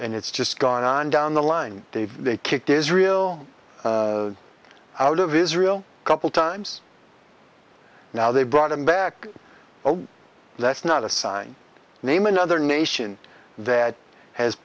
and it's just gone on down the line they've they kicked israel out of israel a couple times now they've brought them back oh that's not a sign name another nation that has